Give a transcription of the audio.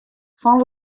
fan